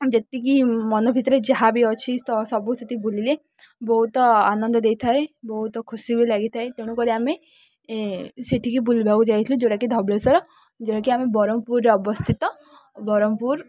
ଯେତିକି ମନ ଭିତରେ ଯାହା ବି ଅଛି ତ ସବୁ ସେଇଠି ବୁଲିଲେ ବହୁତ ଆନନ୍ଦ ଦେଇଥାଏ ବହୁତ ଖୁସି ବି ଲାଗିଥାଏ ତେଣୁ କରି ଆମେ ସେଠିକି ବୁଲିବାକୁ ଯାଇଥିଲୁ ଯେଉଁଟା କି ଧବଳେଶ୍ୱର ଯେଉଁଟା କି ଆମେ ବରହପୁରରେ ଅବସ୍ଥିତ ବରହମପୁର